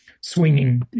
swinging